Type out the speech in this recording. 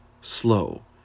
slow